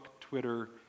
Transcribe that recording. Twitter